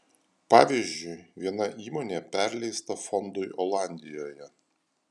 pavyzdžiui viena įmonė perleista fondui olandijoje